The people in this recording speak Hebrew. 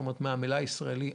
מהמלאי הישראלי,